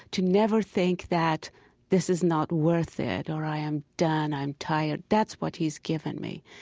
to never think that this is not worth it or i am done, i am tired, that's what he's given me.